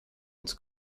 ins